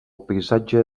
paisatge